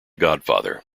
godfather